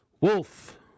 Wolf